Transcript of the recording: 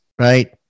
right